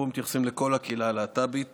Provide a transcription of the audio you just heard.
פה מתייחסים לכל הקהילה הלהט"בית